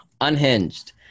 Unhinged